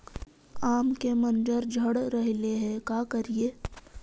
आम के मंजर झड़ रहले हे का करियै?